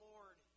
Lord